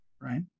right